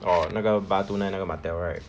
orh 那个 那个 right